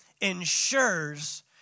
ensures